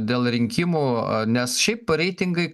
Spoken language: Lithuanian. dėl rinkimų nes šiaip reitingai